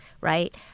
right